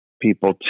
people